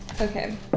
Okay